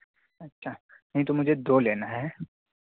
اچھا نہیں تو مجھے دو لینا ہے